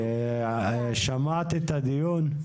הגר, שמעת את הדיון?